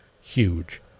huge